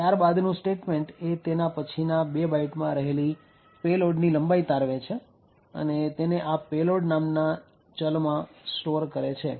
ત્યારબાદનું statement એ તેના પછીના ૨ બાઈટમાં રહેલી પેલોડની લંબાઈ તારવે છે અને તેને આ payload નામના ચલ માં સ્ટોર કરે છે